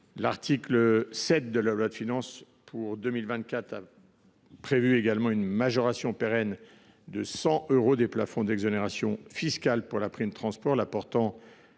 L’article 7 de la loi de finances pour 2024 prévoit également une majoration pérenne de 100 euros des plafonds d’exonération fiscale pour la « prime transport », la portant